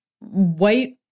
white